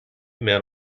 men